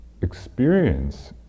experience